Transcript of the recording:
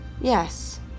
Yes